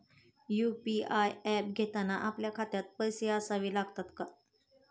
UPI app घेताना आपल्या खात्यात पैसे असावे लागतात का?